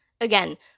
again